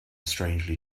strangely